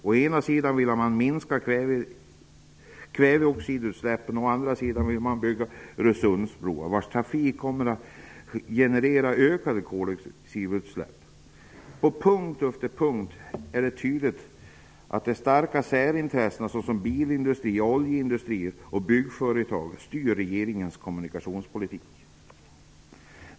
Å ena sidan vill man minska kväveoxidutsläppen. Å andra sidan vill man bygga Öresundsbron, vars trafik kommer att generera ökade koloxidutsläpp. På punkt efter punkt är det tydligt att det är starka särintressen, såsom bil och oljeindustrier samt byggföretag, som styr regeringens kommunikationspolitik.